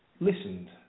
listened